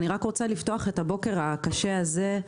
אני רק רוצה לפתוח את הבוקר הקשה הזה,